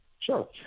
Sure